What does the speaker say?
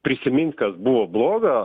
prisimint kas buvo bloga